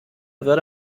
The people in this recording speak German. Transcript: würde